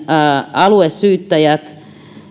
aluesyyttäjät